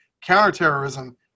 counterterrorism